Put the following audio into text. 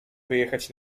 wyjechać